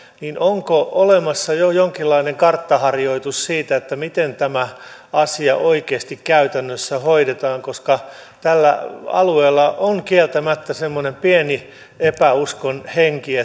niin onko olemassa jo jonkinlainen karttaharjoitus siitä miten tämä asia oikeasti käytännössä hoidetaan koska tällä alueella on kieltämättä semmoinen pieni epäuskon henki